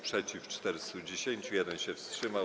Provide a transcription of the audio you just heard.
Przeciw - 410, 1 się wstrzymał.